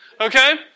Okay